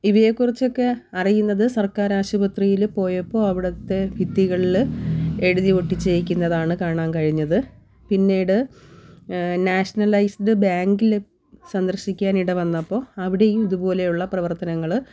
ഇവയെക്കുറിച്ചൊക്കെ അറിയുന്നത് സർക്കാരാശുപത്രിയിൽ പോയപ്പോൾ അവിടുത്തെ ഭിത്തികളിൽ എഴുതി ഒട്ടിച്ചേക്കുന്നതാണ് കാണാൻ കഴിഞ്ഞത് പിന്നീട് നാഷണലൈസ്ഡ് ബാങ്കിൽ സന്ദർശിക്കാൻ ഇടവന്നപ്പോൾ അവിടെയും ഇതുപോലുള്ള പ്രവർത്തനങ്ങൾ